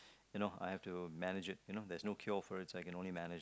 you know I have to mange it you know there's no cure for it so I have to manage it